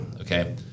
Okay